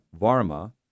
Varma